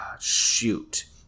Shoot